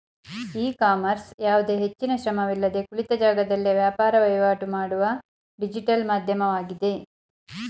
E commerce ಯಾವುದೇ ಹೆಚ್ಚಿನ ಶ್ರಮವಿಲ್ಲದೆ ಕುಳಿತ ಜಾಗದಲ್ಲೇ ವ್ಯಾಪಾರ ವಹಿವಾಟು ಮಾಡುವ ಡಿಜಿಟಲ್ ಮಾಧ್ಯಮವಾಗಿದೆ